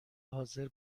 حاضر